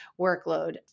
workload